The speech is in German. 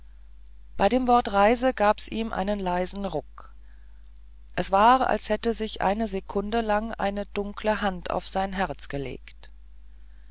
bei dem wort reise gab's ihm einen leisen ruck es war als hätte sich eine sekunde lang eine dunkle hand auf sein herz gelegt